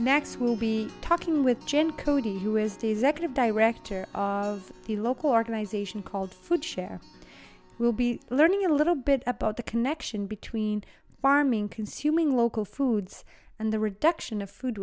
next we'll be talking with jan cody who is the second of director of the local organization called food share we'll be learning a little bit about the connection between farming consuming local foods and the reduction of food